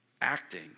Acting